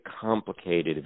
complicated